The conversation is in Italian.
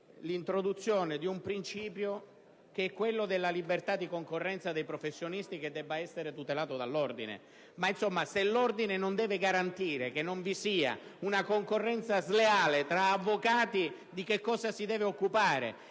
si accetti che un principio introdotto, quello della libertà di concorrenza dei professionisti, debba essere tutelato dall'Ordine. Ma se l'Ordine non deve garantire che non vi sia una concorrenza sleale tra avvocati, di che cosa si deve occupare?